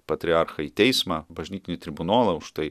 patriarchą į teismą bažnytinį tribunolą už tai